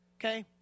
okay